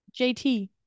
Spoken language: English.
JT